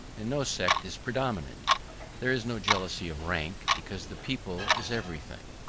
and no sect is predominant there is no jealousy of rank, because the people is everything,